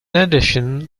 addition